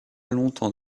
longtemps